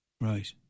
Right